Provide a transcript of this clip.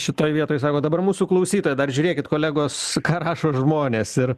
šitoj vietoj sakot dabar mūsų klausytoja dar žiūrėkit kolegos ką rašo žmonės ir